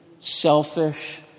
selfish